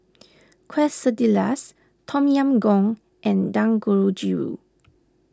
Quesadillas Tom Yam Goong and Dangojiru